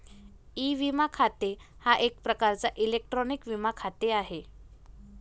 E विमा खाते हा एक प्रकारचा इलेक्ट्रॉनिक विमा खाते आहे